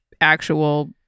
actual